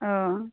औ